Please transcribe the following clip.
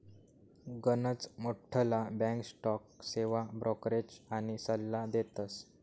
गनच मोठ्ठला bank stock सेवा ब्रोकरेज आनी सल्ला देतस